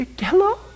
Hello